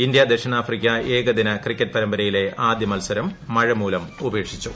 India ദക്ഷിണാഫ്രിക്ക ഏകദിന cricket പരമ്പയിലെ ആദ്യ മത്സരം മഴമൂലം ഉപേക്ഷിച്ചു